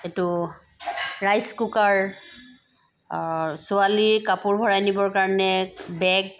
এইটো rice cooker ছোৱালীৰ কাপোৰ ভৰাই নিবৰ কাৰণে বেগ